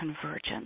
convergence